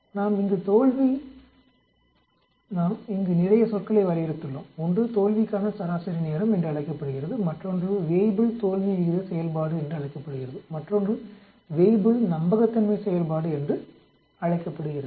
நாம் இங்கு நிறைய சொற்களை வரையறுத்துள்ளோம் ஒன்று தோல்விக்கான சராசரி நேரம் என்றழைக்கப்படுகிறது மற்றொன்று வேய்புல் தோல்வி விகித செயல்பாடு என்றழைக்கப்படுகிறது மற்றொன்று வேய்புல் நம்பகத்தன்மை செயல்பாடு என்றழைக்கப்படுகிறது